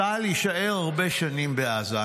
צה"ל יישאר הרבה שנים בעזה.